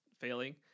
failing